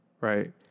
Right